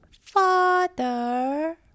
Father